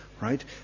right